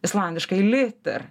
islandiškai liter